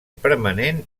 permanent